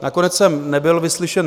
Nakonec jsem nebyl vyslyšen.